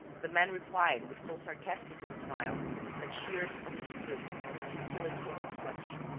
the man replied with so sarcastic a smile that shears understood the futility of his question.